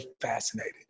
fascinated